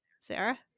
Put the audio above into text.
Sarah